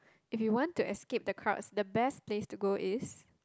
if you want to escape the crowds the best place to go is